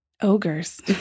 ogres